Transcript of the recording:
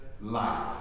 life